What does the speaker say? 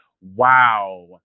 wow